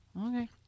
Okay